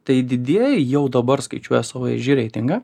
tai didieji jau dabar skaičiuoja savo reitingą